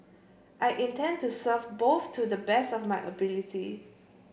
I intend to serve both to the best of my ability